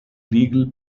legal